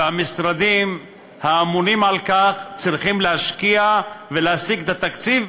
והמשרדים הממונים על כך צריכים להשקיע ולהשיג את התקציב,